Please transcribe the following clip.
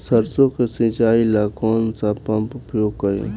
सरसो के सिंचाई ला कौन सा पंप उपयोग करी?